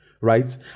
right